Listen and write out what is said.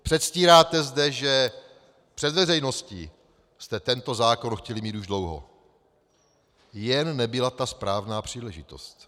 Předstíráte zde, že před veřejností jste tento zákon chtěli mít už dlouho, jen nebyla ta správná příležitost.